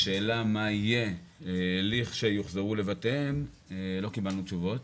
לשאלה מה יהיה לכשיוחזרו לבתים לא קיבלנו תשובות,